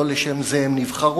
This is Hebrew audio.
לא לשם זה הם נבחרו,